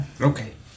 Okay